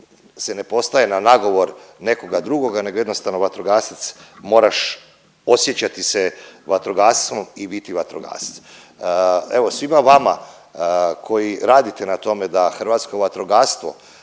se ne postaje na nagovor nekoga drugoga nego jednostavno vatrogasac moraš osjećati se vatrogascom i biti vatrogasac. Evo svima vama koji radite na tome da hrvatsko vatrogastvo